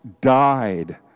died